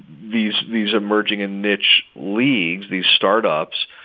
these these emerging and niche leagues, these startups